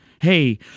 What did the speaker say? hey